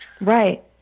Right